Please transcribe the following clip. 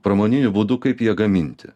pramoniniu būdu kaip ją gaminti